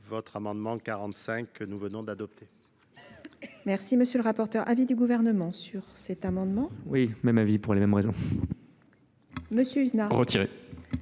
votre amendement quarante cinq que nous venons d'adopter merci monsieur le rapporteur avis du gouvernement sur cet amendement oui même avis pour les mêmes raisons monsieur retire